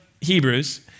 Hebrews